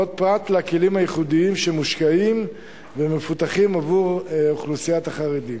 פרט לכלים הייחודיים שמושקעים ומפותחים עבור אוכלוסיית החרדים.